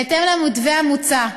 בהתאם למתווה המוצע,